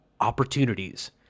opportunities